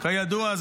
כידוע,